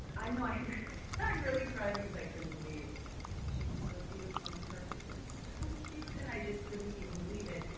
no. i i really cried because i couldn't believe she was so beautiful and perfect and so cute. and i just couldn't even believe it.